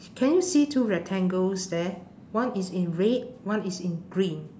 can you see two rectangles there one is in red one is in green